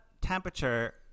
temperature